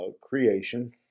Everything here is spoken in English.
creation